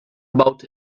about